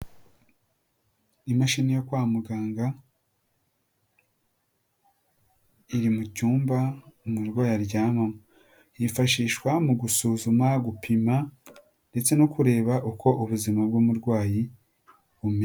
Imashini yo kwa muganga iri mu cyumba umurwayi aryamamo, yifashishwa mu gusuzuma, gupima ndetse no kureba uko ubuzima bw'umurwayi bumeze.